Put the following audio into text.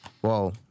whoa